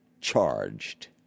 charged